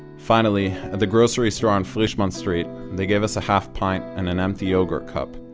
finally, at the grocery store on frishman street they gave us a half-pint and an empty yogurt cup,